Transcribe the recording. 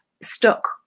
stuck